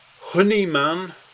Honeyman